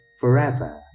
forever